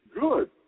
good